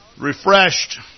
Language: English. refreshed